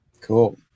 Cool